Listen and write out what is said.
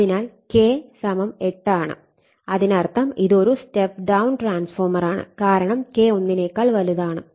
അതിനാൽ K 8 ആണ് അതിനർത്ഥം ഇത് ഒരു സ്റ്റെപ്പ് ഡൌൺ ട്രാൻസ്ഫോർമറാണ് കാരണം K ഒന്നിനെനേക്കാൾ വലുതാണ്